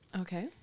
Okay